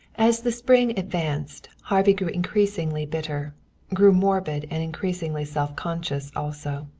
as the spring advanced harvey grew increasingly bitter grew morbid and increasingly self-conscious also.